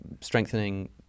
strengthening